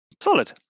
Solid